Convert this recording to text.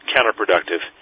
counterproductive